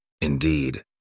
Indeed